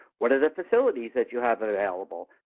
what are the facilities that you have available?